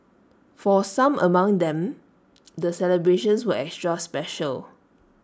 for some among them the celebrations were extra special